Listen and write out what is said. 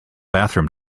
bathroom